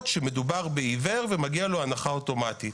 שמדובר בעיוור ומגיעה לו הנחה אוטומטית.